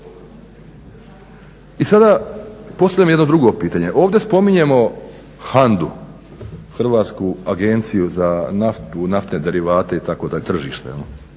I sada postavljam jedno drugo pitanje, ovdje spominjemo HANDA-u, Hrvatsku agenciju za naftu, naftne derivate, tržište,